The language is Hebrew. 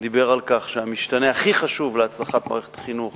דיבר על כך שהמשתנה הכי חשוב להצלחת מערכת החינוך